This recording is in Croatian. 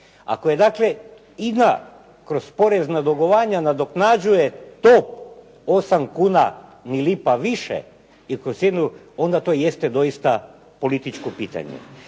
Ako je dakle INA kroz porezna dugovanja nadoknađuje tok 8 kuna ni lipa više onda to jeste doista političko pitanje.